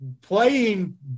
Playing